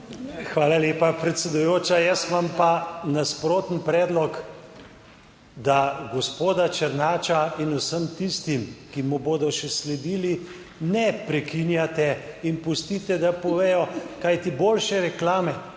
Hvala lepa, predsedujoča. Jaz imam pa nasproten predlog, da gospoda Černača in vsem tistim, ki mu bodo še sledili, ne prekinjate in pustite, da povede. Kajti boljše reklame,